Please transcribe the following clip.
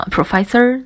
Professor